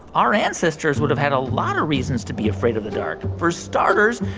our ancestors would have had a lot of reasons to be afraid of the dark for starters,